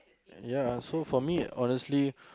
ya so for me honestly